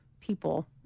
people